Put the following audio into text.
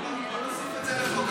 אז בוא נוסיף את זה לחוק הלאום.